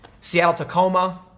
Seattle-Tacoma